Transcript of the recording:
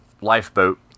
lifeboat